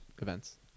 events